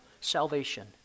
salvation